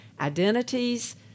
identities